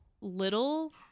little